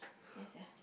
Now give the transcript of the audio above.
ya sia